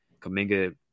Kaminga